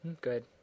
good